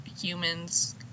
humans